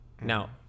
Now